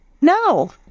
No